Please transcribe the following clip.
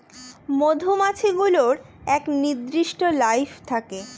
মধুমাছি গুলোর এক নির্দিষ্ট লাইফ থাকে